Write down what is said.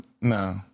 No